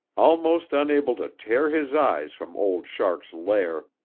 almost unable to tear his eyes from old shark's lair,